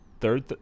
third